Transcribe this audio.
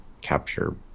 capture